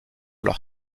leur